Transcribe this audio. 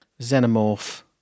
Xenomorph